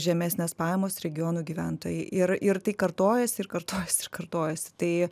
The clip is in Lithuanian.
žemesnės pajamos regionų gyventojai ir ir tai kartojasi ir kartojasi ir kartojasi tai